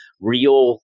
real